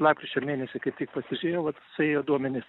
lapkričio mėnesį kaip tik pasižiūrėjau vat suėjo duomenys